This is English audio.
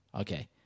Okay